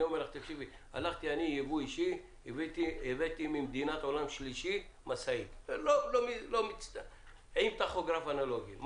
הבאתי בייבוא אישי ממדינת עולם שלישי משאית עם טכוגרף אנלוגי.